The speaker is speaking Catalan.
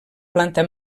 planta